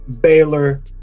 Baylor